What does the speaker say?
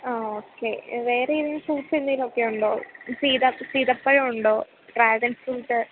ആ ഓക്കെ വേറെ ഏതെങ്കിലും ഫ്രൂട്ട്സ് എന്തെങ്കിലുമൊക്കെ ഉണ്ടോ സീത സീതപ്പഴമുണ്ടോ ഡ്രാഗൺ ഫ്രൂട്ട്